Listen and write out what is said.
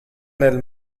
nel